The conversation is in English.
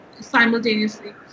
simultaneously